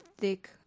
thick